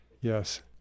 Yes